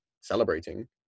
celebrating